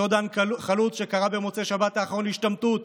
אותו דן חלוץ קרא במוצאי שבת האחרון להשתמטות.